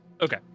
Okay